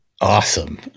awesome